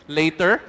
later